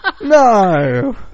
No